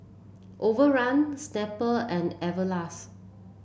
Overrun Snapple and Everlast